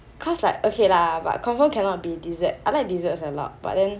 cause like okay lah but confirm cannot be dessert I like desserts a lot but then